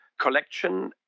collection